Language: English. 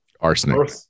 arsenic